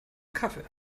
kaffee